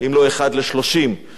במקרים כאלה ואחרים.